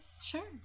sure